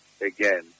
again